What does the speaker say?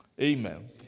Amen